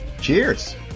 Cheers